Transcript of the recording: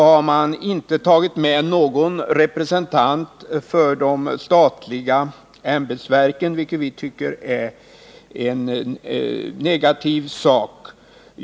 Man har inte tagit med någon representant för de statliga ämbetsverken, och det tycker vi är negativt.